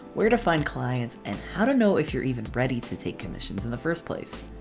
where to find clients and how to know if you're even ready to take commissions in the first place.